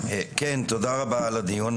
תודה רבה על הדיון.